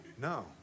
no